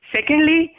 Secondly